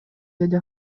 деди